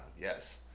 Yes